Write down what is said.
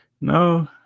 No